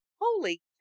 Holy